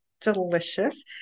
delicious